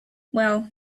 well